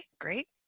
great